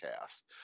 cast